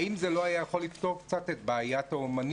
האם זה לא יכול היה לפתור קצת את בעיית האומנים,